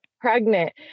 pregnant